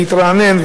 להתרענן,